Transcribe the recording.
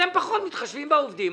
אתם פחות מתחשבים בעובדים,